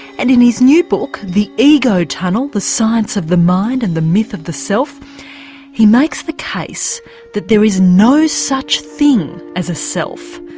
and in his new book the ego tunnel the science of the mind and the myth of the self he makes the case that there is no such thing as a self.